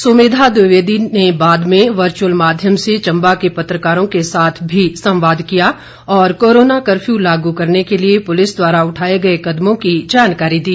सुमिधा द्विवेदी ने बाद में वर्चुअल माध्यम से चंबा के पत्रकारों के साथ भी संवाद किया और कोरोना कर्फ्यू लागू करने के लिए पुलिस द्वारा उठाए गऐ कदमों की जानकारी दी